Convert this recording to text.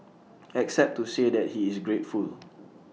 except to say that he is grateful